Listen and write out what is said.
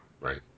Right